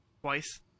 twice